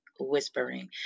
whispering